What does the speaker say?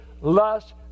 lust